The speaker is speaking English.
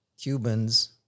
Cubans